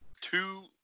two